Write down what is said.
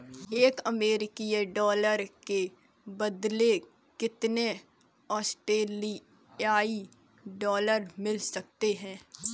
एक अमेरिकी डॉलर के बदले कितने ऑस्ट्रेलियाई डॉलर मिल सकते हैं?